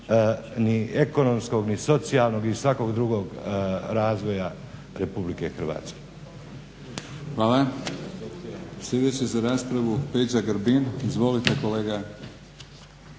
ni ekonomskog ni socijalnog i svakog drugog razvoja Republike Hrvatske. **Batinić, Milorad (HNS)** Hvala. Sljedeći za raspravu Peđa Grbin. Izvolite kolega.